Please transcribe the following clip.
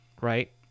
right